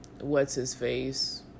what's-his-face